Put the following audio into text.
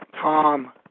Tom